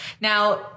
Now